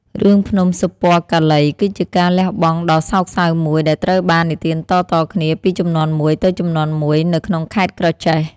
រឿងភ្នំសុពណ៌កាឡី គឺជាការលះបង់ដ៏សោកសៅមួយ ដែលត្រូវបាននិទានតៗគ្នាពីជំនាន់មួយទៅជំនាន់មួយនៅក្នុងខេត្តក្រចេះ។